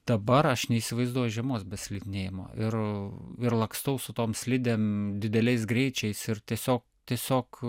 dabar aš neįsivaizduoju žiemos be slidinėjimo ir ir lakstau su tom slidėm dideliais greičiais ir tiesiog tiesiog